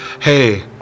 hey